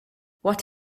what